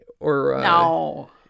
No